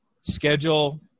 schedule